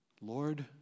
Lord